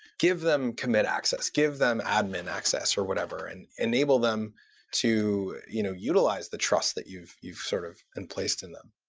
give them commit access. give them admin access, or whatever, and enable them to you know utilize the trust that you've you've sort of emplaced in them.